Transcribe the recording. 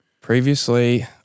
previously